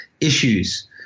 issues